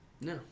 No